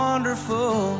Wonderful